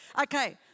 Okay